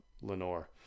Lenore